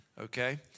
okay